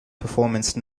performance